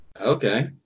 okay